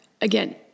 again